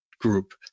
group